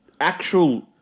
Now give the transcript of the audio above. actual